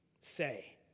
say